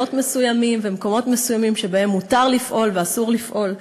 וגבולות מסוימים ומקומות מסוימים שבהם מותר לפעול ואסור לפעול.